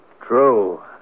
True